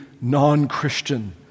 non-Christian